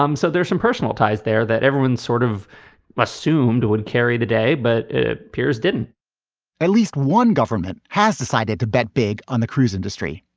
um so there's some personal ties there that everyone sort of assumed would carry the day, but it appears didn't at least one government has decided to bet big on the cruise industry.